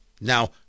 Now